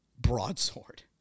broadsword